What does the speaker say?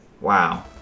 Wow